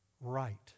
right